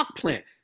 plant